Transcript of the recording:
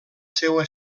seua